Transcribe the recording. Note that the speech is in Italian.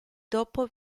dopo